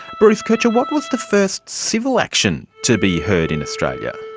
bruce kercher, what was the first civil action to be heard in australia?